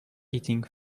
eating